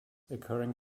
occurring